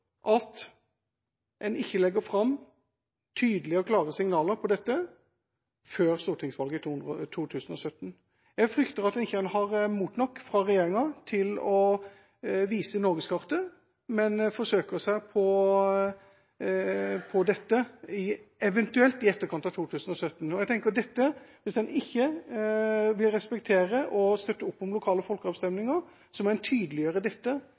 er en viktig presisering. Jeg frykter at en ikke legger fram tydelige og klare signaler om dette før stortingsvalget i 2017. Jeg frykter at regjeringa ikke har mot nok til å vise norgeskartet, men eventuelt forsøker seg på det etter 2017. Jeg tenker at hvis en ikke vil respektere og støtte opp om lokale folkeavstemninger, må en tydeliggjøre dette